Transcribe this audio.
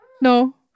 no